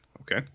okay